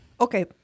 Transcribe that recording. Okay